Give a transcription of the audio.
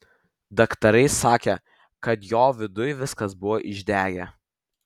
daktarai sakė kad jo viduj viskas buvo išdegę